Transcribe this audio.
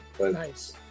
Nice